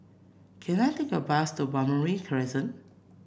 can I take a bus to Balmoral Crescent